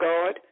God